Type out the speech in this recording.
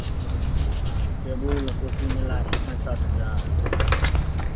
हाँ टेबुल और कुर्सी मिला के पैंसठ हज़ार